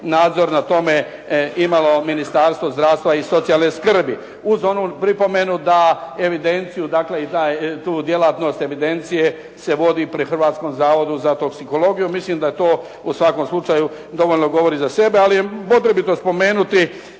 nadzor nad tome imalo Ministarstvo zdravstva i socijalne skrbi. Uz onu pripomenu da evidencije i tu djelatnost za evidencije se vodi pri Hrvatskom zavodu za toksikologiju. Mislim da to u svakom slučaju dovoljno govori za sebe, ali je potrebito spomenuti